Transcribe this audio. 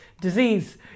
disease